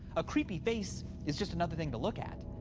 a creepy face is just another thing to look at.